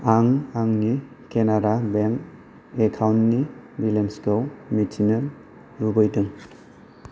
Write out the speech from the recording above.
आं आंनि केनारा बेंक एकाउन्टनि बेलेन्सखौ मिथिनो लुबैदों